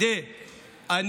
אז כן,